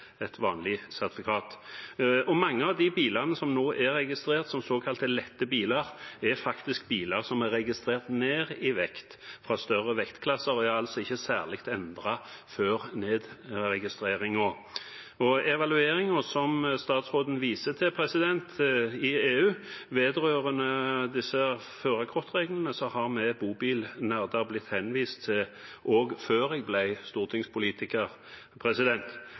et vanlig sertifikat. Mange av de bilene som nå er registrert som såkalte lette biler, er faktisk biler som er registrert ned i vekt fra større vektklasser, og er altså ikke særlig endret før nedregistreringen. Evalueringen i EU, som statsråden viser til, vedrørende disse førerkortreglene har vi bobilnerder blitt henvist til også før jeg ble stortingspolitiker.